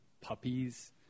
puppies